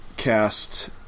cast